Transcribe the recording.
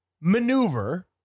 maneuver